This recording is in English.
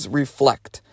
reflect